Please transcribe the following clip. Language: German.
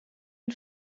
den